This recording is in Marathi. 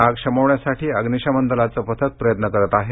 आग शमवण्यासाठी अग्निशमन दलाचं पथक प्रयत्न करीत आहेत